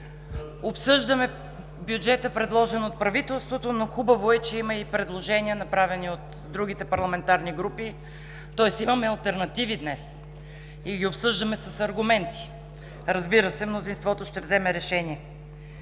Обсъждаме бюджета, предложен от правителството, но хубаво е, че има и предложения, направени от другите парламентарни групи, тоест имаме алтернативи днес и ги обсъждаме с аргументи. Разбира се, мнозинството ще вземе решение.